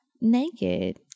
Naked